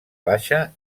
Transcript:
baixa